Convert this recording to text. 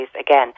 again